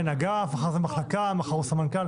כן, אגף, אחרי זה מחלקה, מחר הוא סמנכ"ל.